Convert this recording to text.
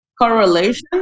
correlation